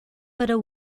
para